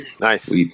Nice